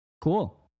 Cool